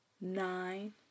nine